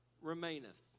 remaineth